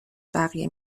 بقیه